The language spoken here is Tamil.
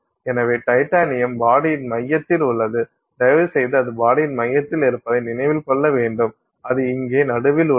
எனவே டைட்டானியம் பாடியின் மையத்தில் உள்ளது தயவுசெய்து அது பாடியின் மையத்தில் இருப்பதை நினைவில் கொள்ள வேண்டும் அது இங்கே நடுவில் உள்ளது